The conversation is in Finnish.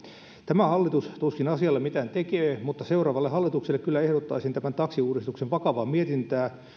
tämä hallitus tuskin asialle mitään tekee mutta seuraavalle hallitukselle kyllä ehdottaisin tämän taksiuudistuksen vakavaa mietintää